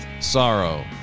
sorrow